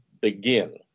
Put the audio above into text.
begin